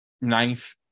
ninth